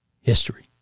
history